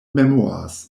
memoirs